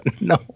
no